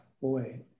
Boy